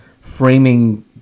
framing